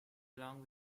along